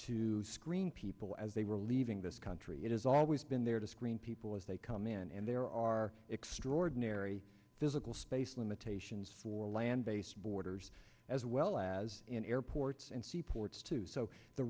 to screen people as they were leaving this country it has always been there to screen people as they come in and there are extraordinary physical space limitations for land based borders as well as in airports and seaports too so the